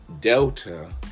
Delta